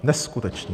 Neskutečné!